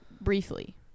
briefly